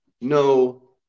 no